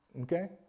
Okay